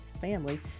family